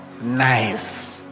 nice